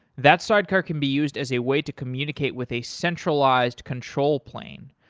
that sidecar can be used as a way to communicate with a centralized control plan.